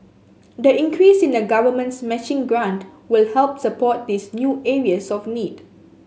the increase in the Government's matching grant will help support these new areas of need